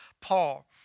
Paul